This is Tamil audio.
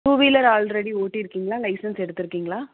டூ வீலர் ஆல்ரெடி ஓட்டியிருக்கீங்களா லைசன்ஸ் எடுத்திருக்கீங்களா